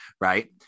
Right